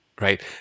right